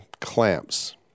clamps